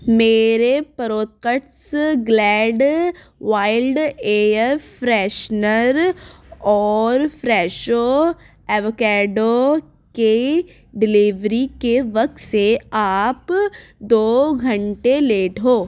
میرے products Glade wild air freshener اور Fresho avocado کی ڈلیوری کے وقت سے آپ دو گھنٹے لیٹ ہو